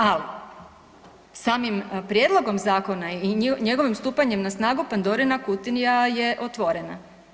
Ali samim prijedlogom zakona i njegovim stupanjem na snagu Pandorina kutija je otvorena.